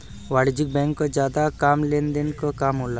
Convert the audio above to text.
वाणिज्यिक बैंक क जादा काम लेन देन क काम होला